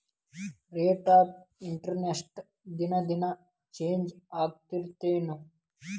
rate of interest ದಿನಾ ದಿನಾ change ಆಗ್ತಿರತ್ತೆನ್